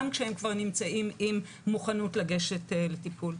כשהם כבר נמצאים עם מוכנות לגשת לטיפול.